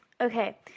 Okay